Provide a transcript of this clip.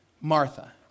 Martha